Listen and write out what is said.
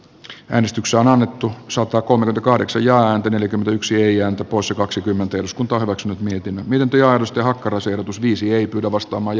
nyt äänestyksen on annettu sota kun kahdeksan jaon neljäkymmentäyksi ja osa kaksikymmentä eduskunta omaksunut melkein millä työadusta hakkaraisen opus viisi ei pyydä vasta maj